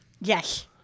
Yes